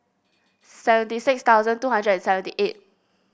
seventy six thousand two hundred and seventy eight